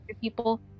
people